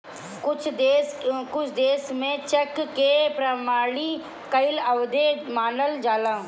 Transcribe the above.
कुछ देस में चेक के प्रमाणित कईल अवैध मानल जाला